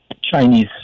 Chinese